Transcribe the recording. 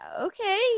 okay